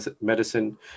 Medicine